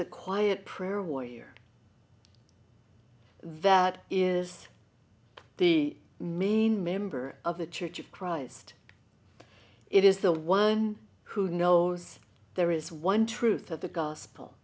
the quiet prayer warrior that is the main member of the church of christ it is the one who knows there is one truth of the gospel